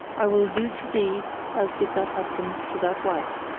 i will do to thee as did that husband to that wife.